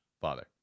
Father